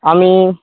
আমি